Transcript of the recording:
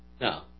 No